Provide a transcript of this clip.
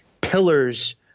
pillars